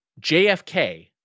JFK